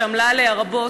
שעמלה עליה רבות,